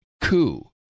coup